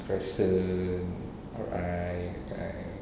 crescent R_I